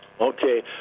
Okay